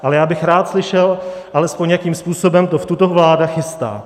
Ale já bych rád slyšel alespoň, jakým způsobem to v tuto chvíli vláda chystá.